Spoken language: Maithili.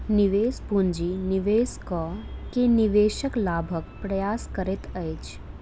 निवेश पूंजी निवेश कअ के निवेशक लाभक प्रयास करैत अछि